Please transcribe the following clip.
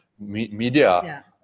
media